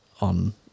on